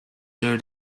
through